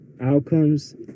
outcomes